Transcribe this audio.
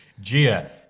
Gia